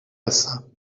هستم